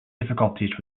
difficulties